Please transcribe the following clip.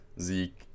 Zeke